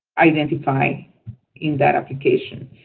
identified in that application.